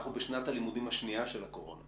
אנחנו בשנת הלימודים השניה של הקורונה.